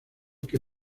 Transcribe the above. que